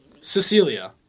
Cecilia